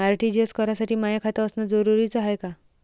RTGS करासाठी माय खात असनं जरुरीच हाय का?